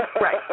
Right